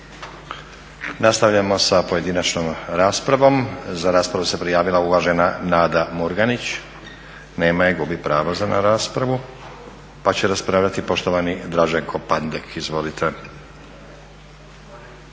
Nastavljamo sa pojedinačnom raspravom. Za raspravu se prijavila uvažena Nada Murganić. Nema je, gubi pravo na raspravu. Pa će raspravljati poštovani Draženko Pandek, izvolite.